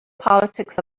politics